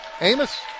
Amos